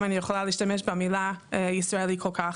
אם אני יכולה להשתמש במילה ישראלית כל כך.